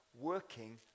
working